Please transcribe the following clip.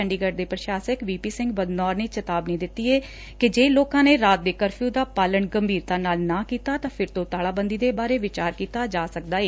ਚੰਡੀਗੜ੍ ਦੇ ਪ੍ਸ਼ਾਸਕ ਵੀਪੀ ਸਿੰਘ ਬਦਨੌਰ ਨੇ ਚੇਤਾਵਨੀ ਦਿੱਤੀ ਏ ਕਿ ਜੇ ਲੋਕਾਂ ਨੇ ਰਾਤ ਦੇ ਕਰਫਿਉ ਦਾ ਪਾਲਣ ਗੰਭੀਰਤਾ ਨਾਲ ਨਾਂ ਕੀਤਾ ਤਾਂ ਫਿਰ ਤੋਂ ਤਾਲਾਬੰਦੀ ਦੇ ਬਾਰੇ ਵਿਚਾਰ ਕੀਤਾ ਜਾ ਸਕਦਾ ਏ